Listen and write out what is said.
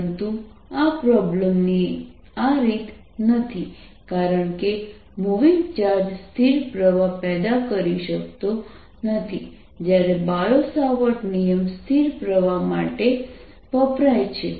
પરંતુ આ પ્રોબ્લેમ ની આ રીત નથી કારણ કે મૂવિંગ ચાર્જ સ્થિર પ્રવાહ પેદા કરી શકતો નથી જ્યારે બાયો સાવર્ટ નિયમ સ્થિર પ્રવાહ માટે વપરાય છે